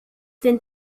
den